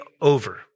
over